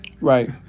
Right